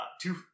two